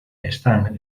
están